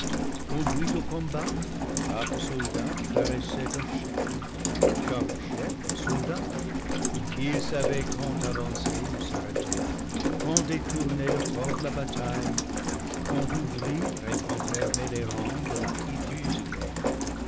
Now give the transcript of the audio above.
conduit au combat chaque soldat paraissait un chef chaque chef un soldat ils savaient quand avancer ou s'arrêter quand détourner le fort de la bataille quand ouvrir et quand fermer les rangs de la hideuse guerre